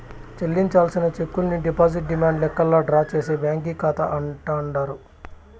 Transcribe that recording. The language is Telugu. చెల్లించాల్సిన చెక్కుల్ని డిజిటల్ డిమాండు లెక్కల్లా డ్రా చేసే బ్యాంకీ కాతా అంటాండారు